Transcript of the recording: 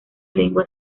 lengua